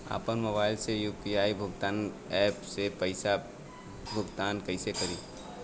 आपन मोबाइल से यू.पी.आई भुगतान ऐपसे पईसा भुगतान कइसे करि?